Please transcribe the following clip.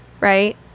Right